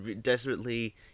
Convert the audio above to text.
desperately